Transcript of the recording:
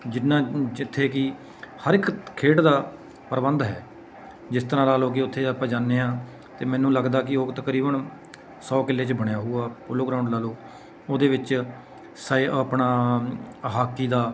ਜਿੰਨਾ ਜਿੱਥੇ ਕਿ ਹਰ ਇੱਕ ਖੇਡ ਦਾ ਪ੍ਰਬੰਧ ਹੈ ਜਿਸ ਤਰ੍ਹਾਂ ਲਾ ਲਓ ਕਿ ਉੱਥੇ ਆਪਾਂ ਜਾਦੇ ਹਾਂ ਅਤੇ ਮੈਨੂੰ ਲੱਗਦਾ ਕਿ ਉਹ ਤਕਰੀਬਨ ਸੌ ਕਿੱਲੇ 'ਚ ਬਣਿਆ ਹੋਊਗਾ ਪੋਲੋ ਗਰਾਊਂਡ ਲਾ ਲਓ ਉਹਦੇ ਵਿੱਚ ਸਾ ਆਪਣਾ ਹਾਕੀ ਦਾ